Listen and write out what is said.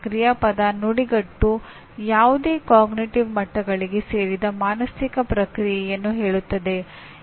ಕ್ರಿಯಾಪದ ನುಡಿಗಟ್ಟು ಯಾವುದೇ ಅರಿವಿನ ಮಟ್ಟಗಳಿಗೆ ಸೇರಿದ ಮಾನಸಿಕ ಪ್ರಕ್ರಿಯೆಯನ್ನು ಹೇಳುತ್ತದೆ